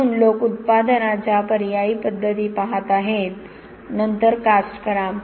म्हणून लोक उत्पादनाच्या पर्यायी पद्धती पहात आहेत नंतर कास्ट करा